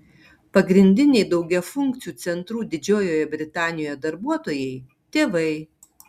pagrindiniai daugiafunkcių centrų didžiojoje britanijoje darbuotojai tėvai